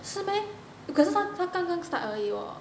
是 meh because 可是他刚刚 start 而已 !woah!